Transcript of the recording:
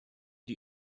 die